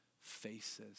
faces